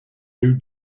new